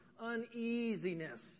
uneasiness